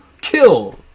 kill